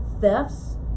thefts